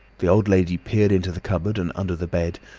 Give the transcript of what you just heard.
the old lady peered into the cupboard and under the bed,